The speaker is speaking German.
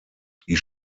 die